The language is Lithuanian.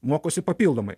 mokosi papildomai